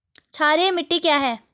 क्षारीय मिट्टी क्या है?